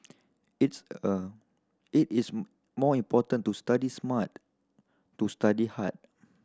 it's a it is more important to study smart to study hard